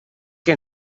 que